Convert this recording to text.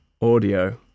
audio